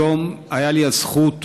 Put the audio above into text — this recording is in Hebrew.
היום הייתה לי הזכות